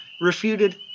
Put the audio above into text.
refuted